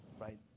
right